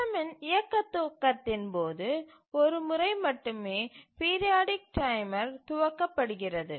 சிஸ்டமின் இயக்க துவக்கத்தின் போது ஒரு முறை மட்டுமே பீரியாடிக் டைமர் துவக்கப்படுகிறது